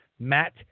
Matt